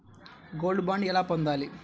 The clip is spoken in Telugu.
గోల్డ్ బాండ్ ఎలా పొందాలి?